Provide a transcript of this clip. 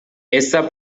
esta